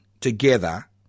together